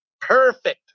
Perfect